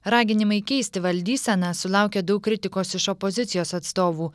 raginimai keisti valdyseną sulaukė daug kritikos iš opozicijos atstovų